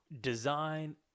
design